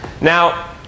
Now